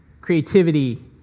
creativity